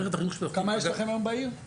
כמה יש לכם היום בעיר?